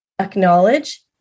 acknowledge